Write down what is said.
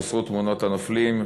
הוסרו תמונות הנופלים,